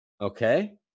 Okay